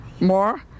More